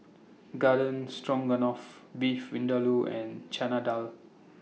Garden Stroganoff Beef Vindaloo and Chana Dal